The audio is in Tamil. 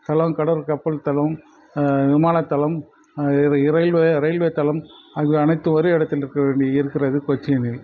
எல்லாம் கடல் கப்பல் தளம் விமான தளம் ரயில்வே ரயில்வே தளம் ஆகிய அனைத்தும் ஒரே இடத்தில் இருக்க வேண்டி இருக்கிறது கொச்சினில்